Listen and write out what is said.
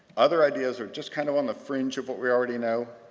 other ideas are just kind of on the fringe of what we already know.